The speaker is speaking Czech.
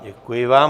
Děkuji vám.